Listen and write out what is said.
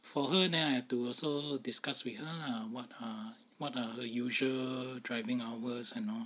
for her then I have to also discuss with her lah what are what are her usual driving hours and all